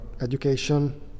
education